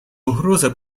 угроза